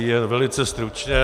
Jen velice stručně.